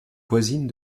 voisine